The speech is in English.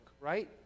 right